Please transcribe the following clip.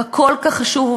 הכל-כך חשוב,